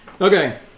Okay